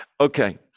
Okay